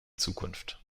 zukunft